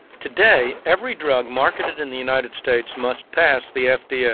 today, every drug marketed in the united states must pass the fda.